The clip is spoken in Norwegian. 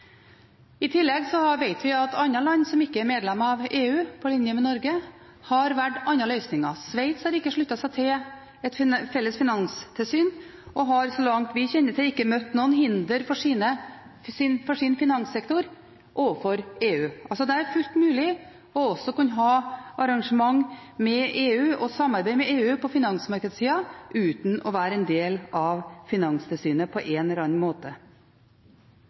I tillegg vet vi at andre land som ikke er medlem av EU, på linje med Norge, har valgt andre løsninger. Sveits har ikke sluttet seg til et felles finanstilsyn og har, så langt vi kjenner til, ikke møtt noen hinder for sin finanssektor overfor EU. Det er altså fullt mulig også å kunne ha arrangement med EU og samarbeide med EU på finansmarkedssiden uten å være en del av finanstilsynet på en eller annen måte.